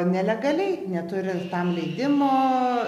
nelegaliai neturint tam leidimo